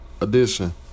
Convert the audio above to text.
edition